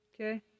Okay